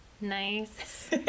Nice